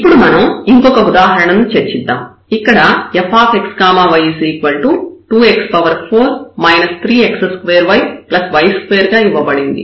ఇప్పుడు మనం ఇంకొక ఉదాహరణ ను చర్చిద్దాం ఇక్కడ fxy2x4 3x2yy2 గా ఇవ్వబడింది